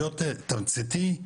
להיות תמציתי,